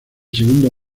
segundo